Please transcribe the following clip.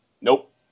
Nope